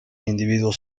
individuos